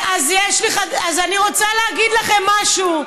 אז אני רוצה להגיד לכם משהו.